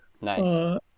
Nice